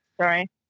Sorry